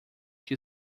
que